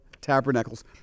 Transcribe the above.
tabernacles